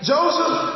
Joseph